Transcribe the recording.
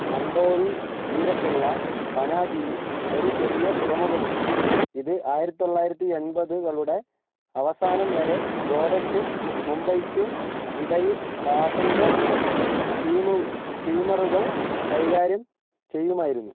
മണ്ടോവി തീരത്തുള്ള പനാജിയിൽ ഒരു ചെറിയ തുറമുഖമുണ്ട് ഇത് ആയിരത്തിത്തൊള്ളായിരത്തി എൺപ്പതുകളുടെ അവസാനം വരെ ഗോവയ്ക്കും മുംബൈയ്ക്കും ഇടയിൽ പാസഞ്ചർ സ്റ്റീമു സ്റ്റീമറുകൾ കൈകാര്യം ചെയ്യുമായിരുന്നു